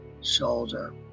shoulder